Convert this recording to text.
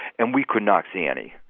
and we could not see any